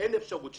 אין אפשרות שלישית.